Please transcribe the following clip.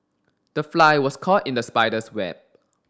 the fly was caught in the spider's web